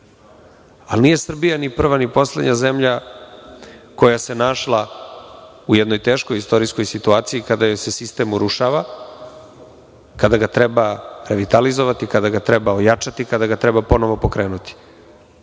nije Srbija ni prva ni poslednja zemlja koja se našla u jednoj teškoj istorijskoj situaciji kada joj se sistem urušava, kada ga treba revitalizovati, kada ga treba ojačati, kada ga treba ponovo pokrenuti.